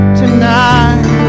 tonight